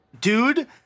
Dude